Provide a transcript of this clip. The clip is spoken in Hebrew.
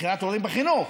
בחירת הורים בחינוך,